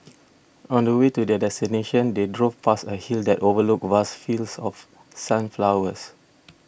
on the way to their destination they drove past a hill that overlooked vast fields of sunflowers